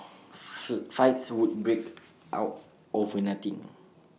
fights would break out over nothing